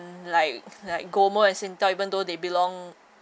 like like GOMO and Singtel even though they belong